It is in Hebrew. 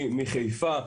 מחיפה,